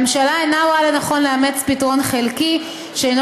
הממשלה אינה רואה לנכון לאמץ פתרון חלקי שאינו